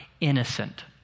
innocent